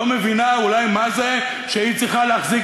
לא מבינה אולי מה זה שהיא צריכה להחזיק